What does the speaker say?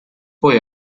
poi